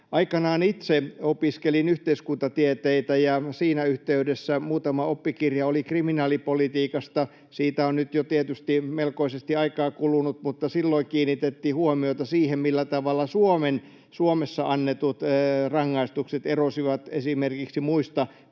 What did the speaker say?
Aikanaan itse opiskelin yhteiskuntatieteitä, ja siinä yhteydessä muutama oppikirja oli kriminaalipolitiikasta. Siitä on nyt jo tietysti melkoisesti aikaa kulunut, mutta silloin kiinnitettiin huomiota siihen, millä tavalla Suomessa annetut rangaistukset erosivat esimerkiksi muista Pohjoismaista.